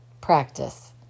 practice